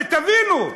תבינו,